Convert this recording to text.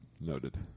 Noted